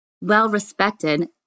well-respected